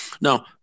Now